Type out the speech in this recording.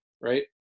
right